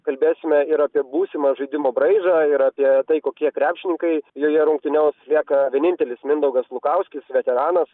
kalbėsime ir apie būsimą žaidimo braižą ir apie tai kokie krepšininkai joje rungtyniaus lieka vienintelis mindaugas lukauskis veteranas